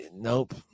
nope